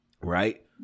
Right